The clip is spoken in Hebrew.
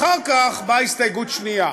אחר כך באה הסתייגות שנייה: